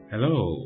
Hello